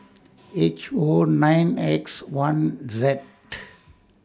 H O nine X one Z